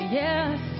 yes